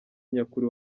nyakuri